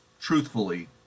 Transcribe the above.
truthfully